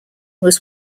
was